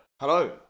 Hello